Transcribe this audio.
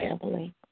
family